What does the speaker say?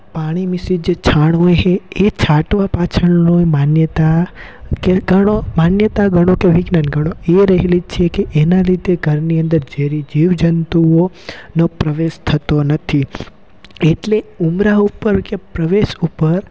પાણી મિશ્રિત જે છાણ હોય હે એ છાંટવા પાછળનું એ માન્યતા કે ગણો માન્યતા ગણો કે વિજ્ઞાન ગણો એ રહેલી છેકે એના લીધે ઘરની અંદર ઝેરી જીવજંતુઓ નો પ્રવેશ થતો નથી એટલે ઉંબરા ઉપર કે પ્રવેશ ઉપર